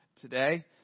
today